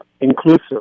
inclusive